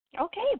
Okay